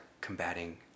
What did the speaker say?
combating